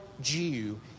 Jew